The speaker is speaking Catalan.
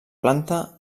planta